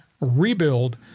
rebuild